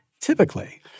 typically